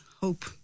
hope